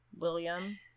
William